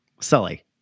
Sully